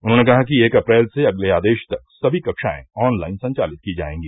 उन्होंने कहा कि एक अप्रैल से अगले आदेश तक सभी कक्षाएं ऑनलाइन संचालित की जायेंगी